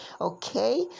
okay